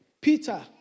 Peter